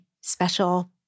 special